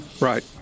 Right